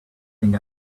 think